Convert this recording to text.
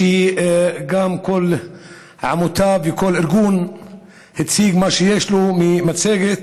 שגם, כל עמותה וכל ארגון הציגו מה שיש להם במצגת: